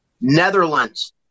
Netherlands